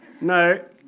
No